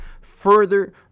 further